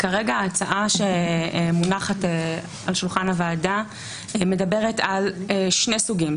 כרגע ההצעה שמונחת על שולחן הוועדה מדברת על שני סוגים.